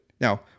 Now